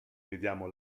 vediamo